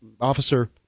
officer